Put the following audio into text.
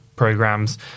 programs